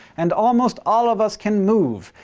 and almost all of us can move,